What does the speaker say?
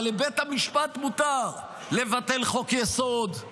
אבל לבית המשפט מותר לבטל חוק-יסוד,